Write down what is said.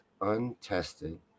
untested